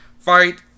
fight